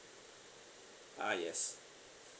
ah yes